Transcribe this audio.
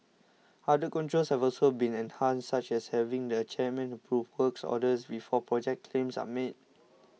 other controls have also been enhanced such as having the chairman approve works orders before project claims are made